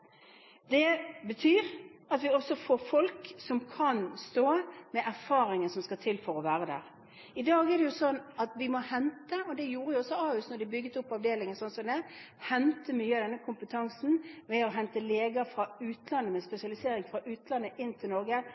Det betyr at vi også får folk som har den erfaringen som skal til for å være der. I dag er det jo sånn at vi får mye av denne kompetansen ved å hente leger med spesialisering fra utlandet til Norge, og det gjorde også Ahus da de bygde opp avdelingen sånn som